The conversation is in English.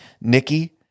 Nikki